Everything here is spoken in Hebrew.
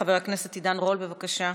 חבר הכנסת עידן רול, בבקשה.